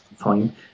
fine